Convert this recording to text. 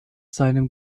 seinem